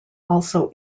also